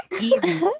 Easy